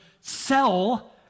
sell